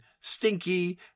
stinky